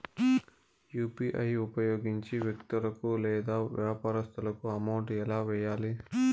UPI ఉపయోగించి వ్యక్తులకు లేదా వ్యాపారస్తులకు అమౌంట్ ఎలా వెయ్యాలి